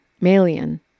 Malian